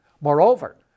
Moreover